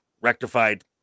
rectified